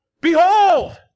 Behold